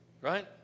Right